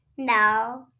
No